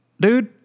Dude